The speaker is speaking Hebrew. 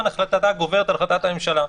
החלטתה של הכנסת גוברת על החלטת הממשלה.